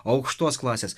aukštos klasės